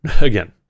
Again